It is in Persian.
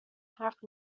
حرف